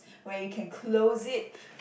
where you can close it